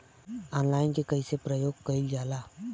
Online के कइसे प्रयोग कइल जाला?